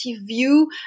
view